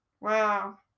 Wow